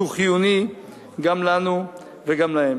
שהוא חיוני גם לנו וגם להם.